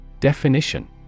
Definition